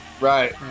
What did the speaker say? Right